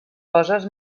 coses